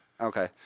Okay